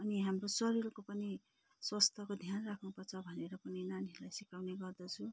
अनि हाम्रो शरीरको पनि स्वास्थ्यको ध्यान राख्नु पर्छ भनेर पनि नानीहरूलाई सिकाउने गर्दछु